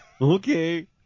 Okay